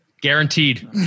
Guaranteed